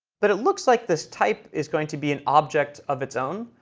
but it looks like this type is going to be an object of its own,